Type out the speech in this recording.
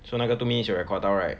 so 那个 two minutes 有 record 到 right